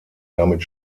damit